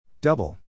Double